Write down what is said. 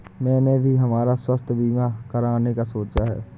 मैंने भी हमारा स्वास्थ्य बीमा कराने का सोचा है